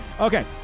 okay